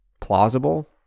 plausible